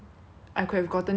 I could have gotten it for free